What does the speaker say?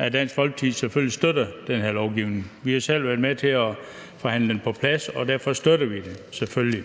at Dansk Folkeparti selvfølgelig støtter den lovgivning. Vi har selv været med til at forhandle den på plads, og derfor støtter vi den selvfølgelig.